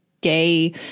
gay